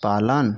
पालन